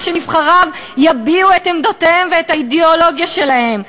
ושנבחריו יביעו את עמדותיהם ואת האידיאולוגיה שלהם.